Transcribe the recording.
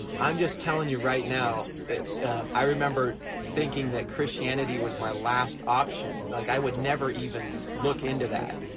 i'm just telling you, right now, that i remember thinking that christianity was my last option, like i would never even look into that!